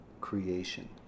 creation